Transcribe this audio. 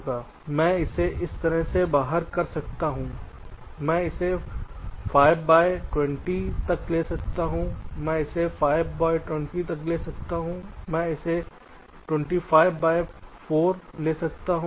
तो मैं इसे इस तरह से बाहर कर सकता हूं मैं इसे 5 x 20 तक ले सकता हूं मैं इसे 5 x 20 तक ले सकता हूं मैं इसे 25 x 4 ले सकता हूं